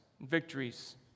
victories